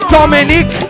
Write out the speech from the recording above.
Dominic